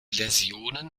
läsionen